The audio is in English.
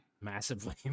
massively